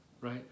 right